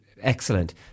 excellent